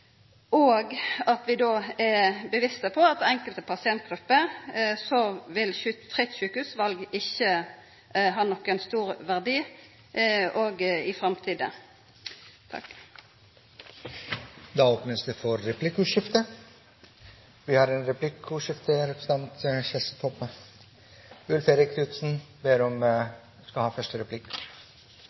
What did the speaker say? og at vi då er bevisste på at for enkelte pasientgrupper vil fritt sjukehusval ikkje ha nokon stor verdi, heller ikkje i framtida. Det blir replikkordskifte. Representanten Toppe mener at vi ikke har